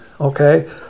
okay